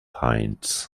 heinz